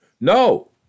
no